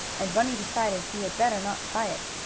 and bunny decided he had better not try it.